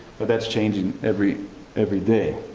but that's changing every every day.